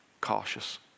cautious